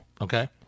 Okay